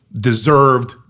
deserved